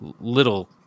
little